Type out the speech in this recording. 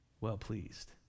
well-pleased